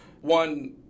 one